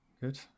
Good